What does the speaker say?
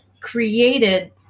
created